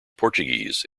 portuguese